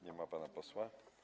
Nie ma pana posła?